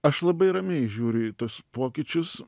aš labai ramiai žiūriu į tuos pokyčius